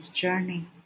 journey